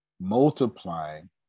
multiplying